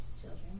children